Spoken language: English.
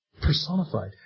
personified